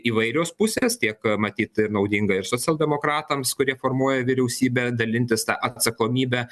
įvairios pusės tiek matyt tai naudinga ir socialdemokratams kurie formuoja vyriausybę dalintis tą atsakomybę